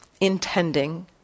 intending